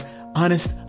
honest